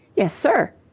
yes, sir.